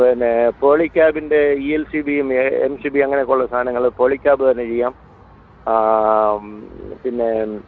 പിന്നെ പേർളി ക്യാമ്പിൻ്റെ ഇ എൽ സി ബി യും എ എം സി ബി അങ്ങനെ ഒക്കെ ഉള്ള സാധനങ്ങളും പേർളി ക്യാബ് തന്നെ ചെയ്യാം പിന്നേ